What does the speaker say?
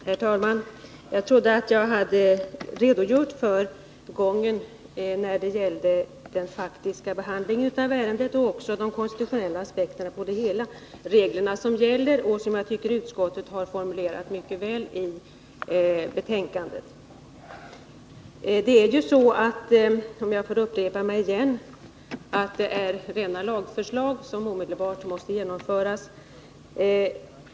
Herr talman! Jag trodde att jag hade redogjort för gången när det gällde den faktiska behandlingen av ärendet, liksom för de konstitutionella aspekterna och reglerna som gäller. Jag tycker utskottet formulerat detta mycket väl i betänkandet. Om jag får upprepa mig är det ju så att vissa lagförslag omedelbart måste genomföras.